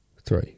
Three